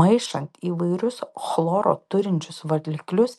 maišant įvairius chloro turinčius valiklius